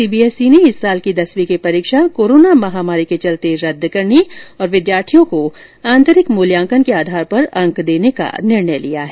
CBSE ने इस साल की दसवीं की परीक्षा कोरोना महामारी के चलते रद्द करने और विद्यार्थियों को आंतरिक मूल्यांकन के आधार पर अंक देने का निर्णय लिया है